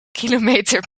kilometer